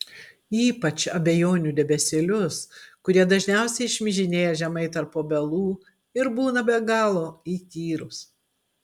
ypač abejonių debesėlius kurie dažniausiai šmižinėja žemai tarp obelų ir būna be galo įkyrūs